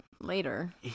later